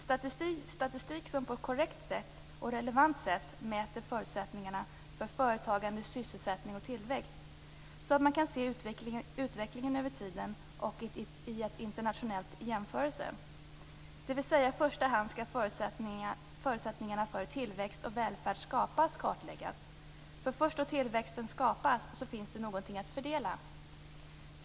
Det borde finnas en statistik som på ett korrekt och relevant sätt mäter förutsättningarna för företagande, sysselsättning och tillväxt så att man kan se utvecklingen över tiden och i en internationell jämförelse. I första hand skall förutsättningarna för hur tillväxt och välfärd skapas kartläggas. Först då tillväxten skapas finns det någonting att fördela.